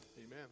Amen